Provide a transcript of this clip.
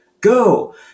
go